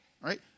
Right